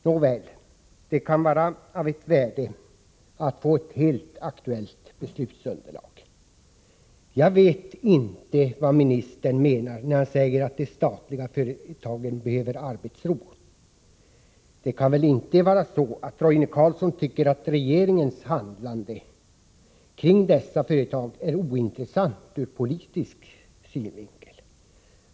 Nåväl, det kan vara av värde att få ett helt aktuellt beslutsunderlag. Jag vet inte vad ministern menar när han säger att de statliga företagen behöver arbetsro. Det kan väl inte vara så att Roine Carlsson tycker att regeringens handlande kring dessa företag är ointressant ur politisk synvinkel?